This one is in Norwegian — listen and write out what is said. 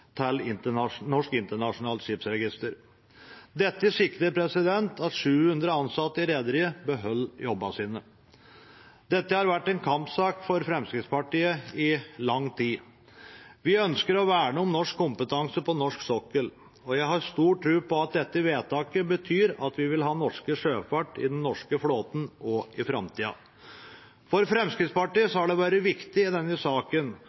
Skipsregister til Norsk Internasjonalt Skipsregister. Dette sikrer at 700 ansatte i rederiet beholder jobbene sine. Dette har vært en kampsak for Fremskrittspartiet i lang tid. Vi ønsker å verne om norsk kompetanse på norsk sokkel, og jeg har stor tro på at dette vedtaket betyr at vi vil ha norske sjøfolk i den norske flåten også i framtida. For Fremskrittspartiet har det vært viktig i denne saken